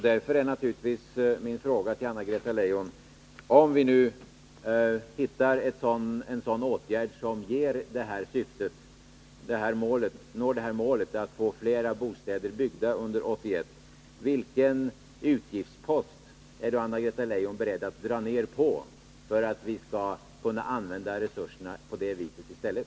Därför blir naturligtvis min fråga till Anna-Greta Leijon: Om vi nu hittar en åtgärd som leder till målet att fler bostäder byggs under 1981, vilken utgiftspost är då Anna-Greta Leijon beredd att dra ned på för att vi skall kunna använda resurserna på det här området i stället?